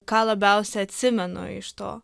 ką labiausiai atsimenu iš to